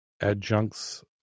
adjuncts